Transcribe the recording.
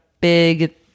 big